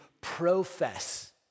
profess